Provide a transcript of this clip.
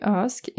ask